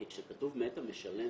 כי כשכתוב 'מאת המשלם',